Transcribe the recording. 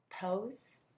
pose